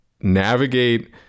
navigate